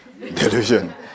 Delusion